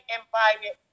invited